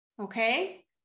Okay